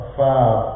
five